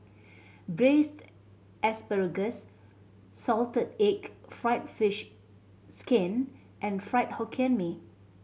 Braised Asparagus salted egg fried fish skin and Fried Hokkien Mee